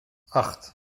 acht